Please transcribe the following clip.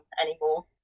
anymore